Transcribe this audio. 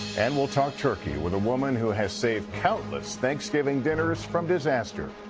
and we'll talk turkey with a woman who has saved countless thanksgiving dinners from disaster.